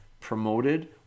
promoted